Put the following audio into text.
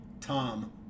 tom